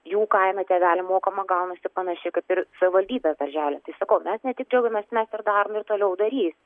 jų kaina tėveliam mokama gaunasi panašiai kaip ir savivaldybės darželis tai sakau mes ne tik džiaugiamės mes ir darom ir toliau darys